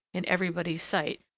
in everybody's sight,